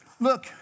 look